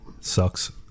Sucks